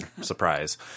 surprise –